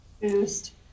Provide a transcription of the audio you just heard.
Boost